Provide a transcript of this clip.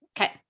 Okay